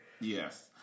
Yes